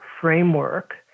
framework